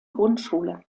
grundschule